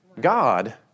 God